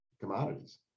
commodities